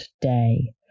day